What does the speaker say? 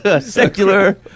Secular